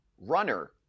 runner